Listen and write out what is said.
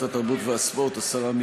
אורן אסף חזן.